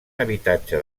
habitatge